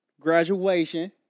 Graduation